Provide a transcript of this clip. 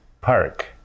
Park